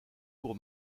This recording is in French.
pour